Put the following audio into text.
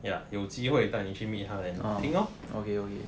ya 有机会带你去 meet 他 then 听 lor